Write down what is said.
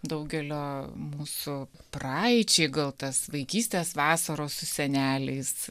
daugelio mūsų praeičiai gal tas vaikystės vasaros su seneliais